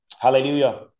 Hallelujah